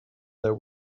that